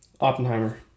Oppenheimer